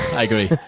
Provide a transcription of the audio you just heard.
i agree.